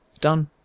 done